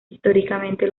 históricamente